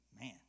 man